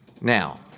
Now